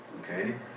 okay